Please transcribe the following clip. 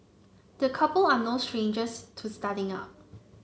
the couple are no strangers to starting up